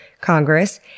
Congress